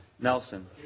Nelson